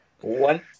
One